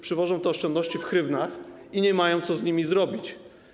Przywożą te oszczędności w hrywnach i nie mają co z nimi zrobić.